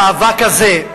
במאבק הזה,